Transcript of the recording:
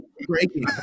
Breaking